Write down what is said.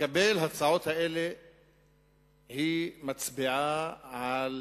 לקבל הצעות אלה מצביעה על